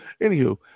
Anywho